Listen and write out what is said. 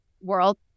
world